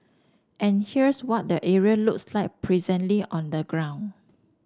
and here's what the area looks like presently on the ground